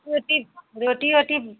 रोटी रोटी ओटी